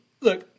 look